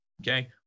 Okay